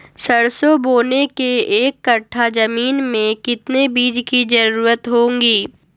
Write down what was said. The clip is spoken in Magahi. सरसो बोने के एक कट्ठा जमीन में कितने बीज की जरूरत होंगी?